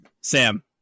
Sam